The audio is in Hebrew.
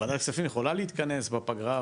ועדת כספים יכולה להתכנס בפגרה,